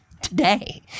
today